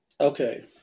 Okay